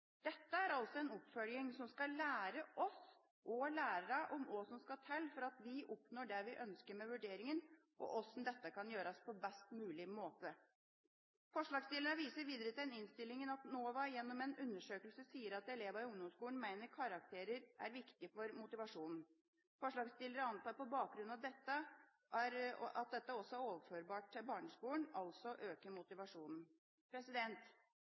en oppfølging som skal lære oss og lærerne om hva som skal til for å oppnå det vi ønsker med vurderingen, og hvordan dette kan gjøres på best mulig måte. Forslagsstillerne viser videre i innstillingen til at NOVA gjennom en undersøkelse sier at elevene i ungdomsskolen mener karakterer er viktige for motivasjonen. Forslagsstillerne antar på bakgrunn av det at dette også er overførbart til barneskolen, altså at det øker